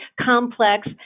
complex